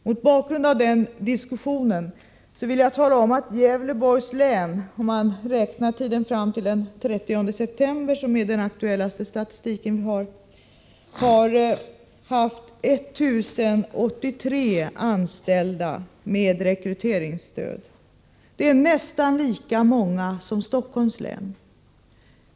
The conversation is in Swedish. Mot bakgrund av denna diskussion vill jag tala om att Gävleborgs län, om man räknar med tiden fram till den 30 september dit den aktuella statistiken sträcker sig, har haft 1 083 anställda med rekryteringsstöd. Det är nästan lika många som Stockholms län har haft.